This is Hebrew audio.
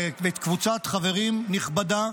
וקבוצת חברים נכבדה,